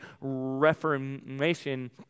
Reformation